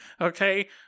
okay